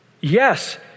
yes